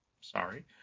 sorry